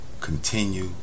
Continue